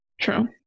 True